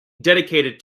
dedicated